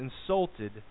insulted